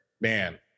man